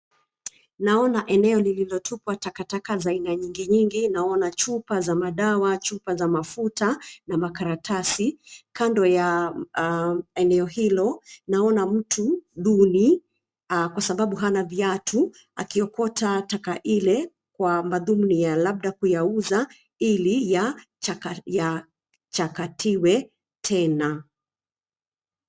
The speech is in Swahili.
Naona eneo lililotupwa takataka za aina nyingi nyingi, naona chupa za madawa, chupa za mafuta na makaratasi kando ya eneo hilo. Naona mtu duni, kwa sababu hana viatu akiokota taka ile kwa madhumuni ya labda kuyauza ili ya chakatiwe tena.